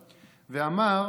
אמר: